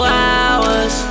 hours